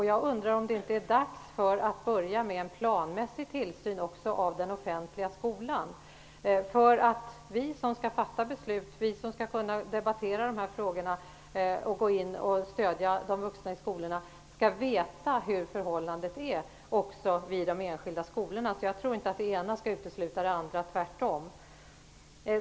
Jag undrar om det inte är dags att börja med en planmässig tillsyn också av den offentliga skolan för att vi som skall fatta beslut, som skall kunna debattera om de här frågorna och som skall gå in och stödja de vuxna i skolorna skall veta hur förhållandena är också vid de enskilda skolorna. Jag tror inte att det ena skall utesluta det andra - tvärtom!